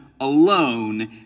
alone